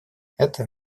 это